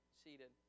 seated